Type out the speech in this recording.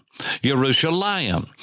Jerusalem